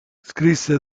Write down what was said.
scrisse